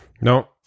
No